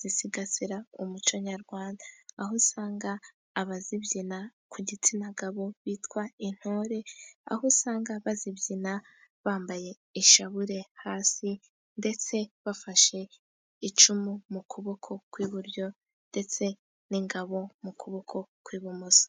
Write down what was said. zisigasira umuco nyarwanda, aho usanga abazibyina ku gitsina gabo bitwa intore, aho usanga bazibyina bambaye ishabure hasi ndetse bafashe icumu, mu kuboko kw'iburyo ndetse n'ingabo mu kuboko kw'ibumoso.